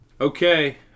Okay